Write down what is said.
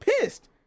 pissed